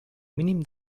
mínim